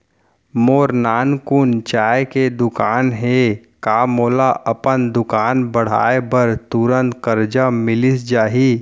मोर नानकुन चाय के दुकान हे का मोला अपन दुकान बढ़ाये बर तुरंत करजा मिलिस जाही?